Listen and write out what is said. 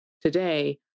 today